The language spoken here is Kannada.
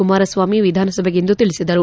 ಕುಮಾರಸ್ವಾಮಿ ವಿಧಾನಸಭೆಗಿಂದು ತಿಳಿಸಿದರು